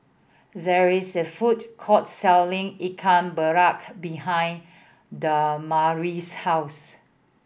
there is a food court selling Ikan behind Damari's house